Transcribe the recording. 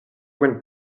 went